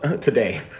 today